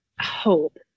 hope